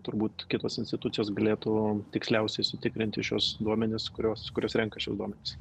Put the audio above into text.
turbūt kitos institucijos galėtų tiksliausiai sutikrinti šiuos duomenis kurios kurios renka šiuos duomenis